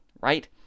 right